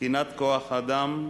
תקינת כוח-אדם,